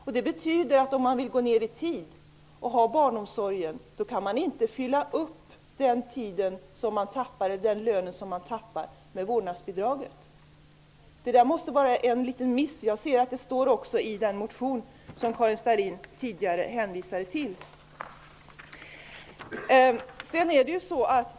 Om man vill ha kvar barnomsorgen men vill gå ned i arbetstid kan man alltså inte ersätta den lön som man förlorar med vårdnadsbidraget. -- Det måste vara en miss, och jag ser att det också har tagits upp i den motion som Karin Starrin tidigare hänvisade till.